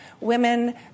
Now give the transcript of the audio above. women